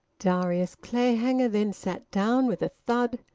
darius clayhanger then sat down, with a thud,